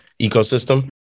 ecosystem